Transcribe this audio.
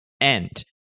End